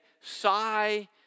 sigh